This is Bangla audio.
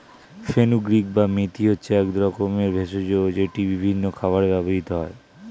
ফেনুগ্রীক বা মেথি হচ্ছে এক রকমের ভেষজ যেটি বিভিন্ন খাবারে ব্যবহৃত হয়